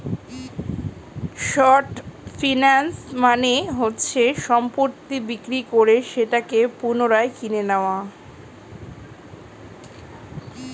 short finance মানে হচ্ছে সম্পত্তি বিক্রি করে সেটাকে পুনরায় কিনে নেয়া